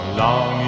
long